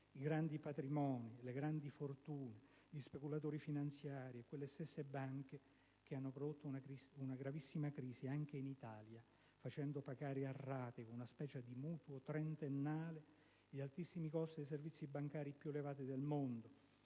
i grandi patrimoni, le grandi fortune, gli speculatori finanziari e quelle stesse banche che hanno prodotto una gravissima crisi, anche in Italia, facendo pagare a rate e con una specie di mutuo trentennale gli altissimi costi dei servizi bancari, tra i più elevati del mondo